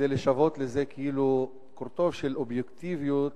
כדי לשוות לזה כאילו קורטוב של אובייקטיביות,